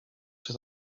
czy